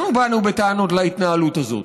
אנחנו באנו בטענות על ההתנהלות הזאת.